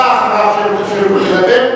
הפעם הבאה שמישהו ידבר,